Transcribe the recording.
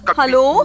hello